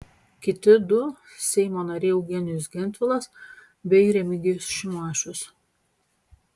kiti du seimo nariai eugenijus gentvilas bei remigijus šimašius